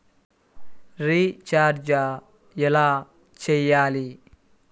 Recharge ఎలా చెయ్యాలి?